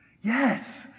Yes